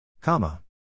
Comma